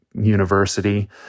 university